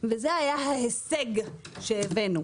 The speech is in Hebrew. וזה היה ההישג שהבאנו.